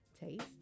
taste